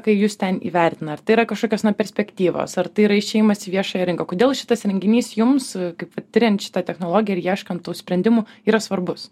kai jus ten įvertina ar tai yra kažkokios na perspektyvos ar tai yra išėjimas į viešąją rinką kodėl šitas renginys jums kaip vat tiriant šitą technologiją ir ieškant tų sprendimų yra svarbus